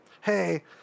hey